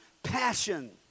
passion